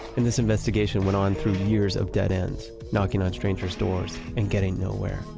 and this investigation went on through years of dead ends. knocking on strangers' doors and getting nowhere.